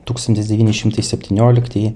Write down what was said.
tūkstantis devyni šimtai septynioliktieji